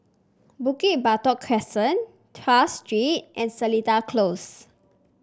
Bukit Batok Crescent Tras Street and Seletar Close